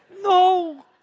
no